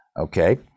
okay